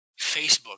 Facebook